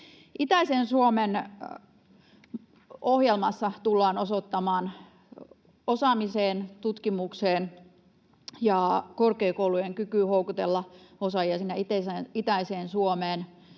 Itäisen Suomen ohjelmassa tullaan osoittamaan rahoitusta osaamiseen, tutkimukseen ja korkeakoulujen kykyyn houkutella osaajia Itä-Suomeen.